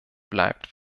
bleibt